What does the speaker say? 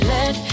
Let